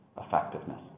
effectiveness